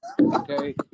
Okay